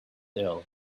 ill